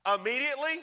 immediately